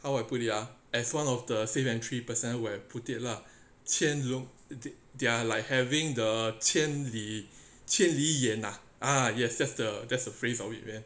how I put it ah as one of the safe entry person who have put it lah 签 look they are like having the 潜力潜力脸 ah yes that's the phrase of it man